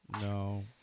No